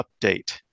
update